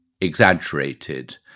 exaggerated